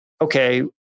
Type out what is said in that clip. okay